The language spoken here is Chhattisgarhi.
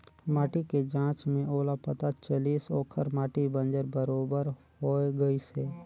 माटी के जांच में ओला पता चलिस ओखर माटी बंजर बरोबर होए गईस हे